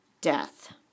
death